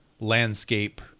landscape